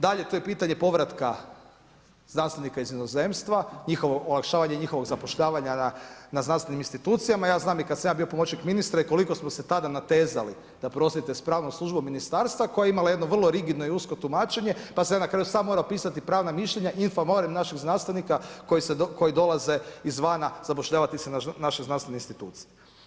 Dalje to je pitanje povratka znanstvenika iz inozemstva, olakšavanje njihovog zapošljavanja na znanstvenim institucijama, ja znam i kad sam ja bio pomoćnik ministra i koliko smo se tada natezali da prostite sa pravnom službom ministarstva koja je imala jedno vrlo rigidno i usko tumačenje, pa sam ja na kraju sam morao pisati pravna mišljenja, in favore naših znanstvenika koji dolaze izvana zapošljavati se u naše znanstvene institucije.